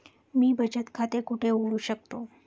मी बचत खाते कुठे उघडू शकतो?